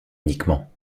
uniquement